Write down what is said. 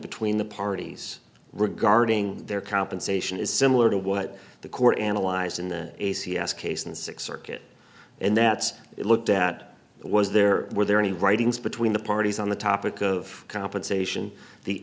between the parties regarding their compensation is similar to what the court analyzed in the a c s case and six circuit and that's it looked at the was there were there any writings between the parties on the topic of compensation the